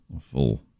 full